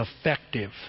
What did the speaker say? effective